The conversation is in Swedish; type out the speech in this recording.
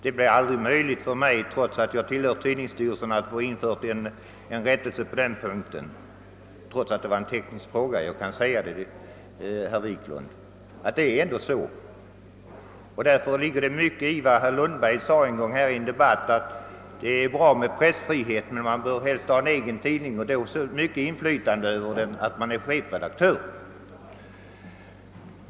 Det var emellertid inte möjligt för mig, att få en rättelse införd på den punkten. Det ligger mycket i vad herr Lundberg en gång sade i en debatt, nämligen att det är bra med pressfrihet, men man bör helst ha en egen tidning och ha så stort inflytande över den som man har om man är chefredaktör.